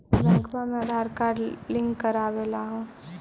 बैंकवा मे Aadhaar card link करवैलहो है?